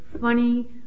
funny